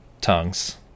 tongues